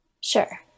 Sure